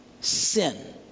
sin